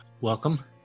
Welcome